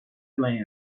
feeling